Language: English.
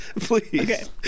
please